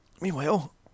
Meanwhile